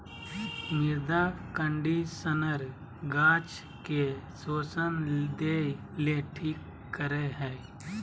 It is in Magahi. मृदा कंडीशनर गाछ ले पोषण देय ले ठीक करे हइ